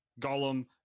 Gollum